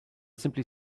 simply